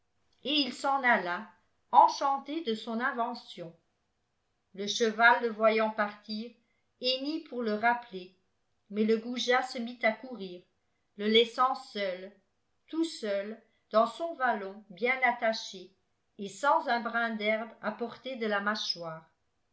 et il s'en alla enchanté de son invention le cheval le voyant partir hennit pour le rappeler mais le goujat se mit à courir le laissant seul tout seul dans son vallon bien attaché et sans un brin d'herbe à portée de la mâchoire